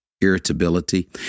irritability